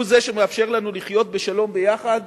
הוא שמאפשר לנו לחיות בשלום ביחד